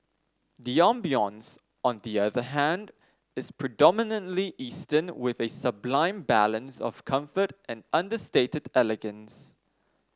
the ambience on the other hand is predominantly Eastern with a sublime balance of comfort and understated elegance